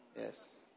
Yes